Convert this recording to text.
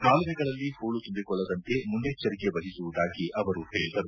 ಕಾಲುವೆಗಳಲ್ಲಿ ಹೂಳು ತುಂಬಿಕೊಳ್ಳದಂತೆ ಮುನ್ನೆಚ್ಚರಿಕೆ ವಹಿಸುವುದಾಗಿ ಅವರು ಹೇಳಿದರು